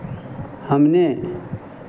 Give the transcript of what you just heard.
हमने